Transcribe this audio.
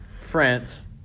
France